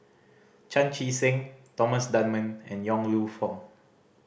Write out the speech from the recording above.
Chan Chee Seng Thomas Dunman and Yong Lew Foong